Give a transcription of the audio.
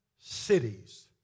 cities